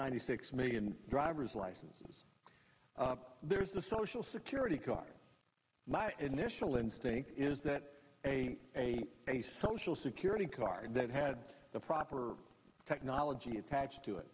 ninety six million driver's licenses there's the social security card my initial instinct is that a a a social security card that had the proper technology attached to it